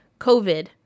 covid